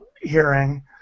hearing